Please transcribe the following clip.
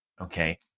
okay